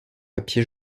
papier